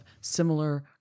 similar